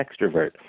extrovert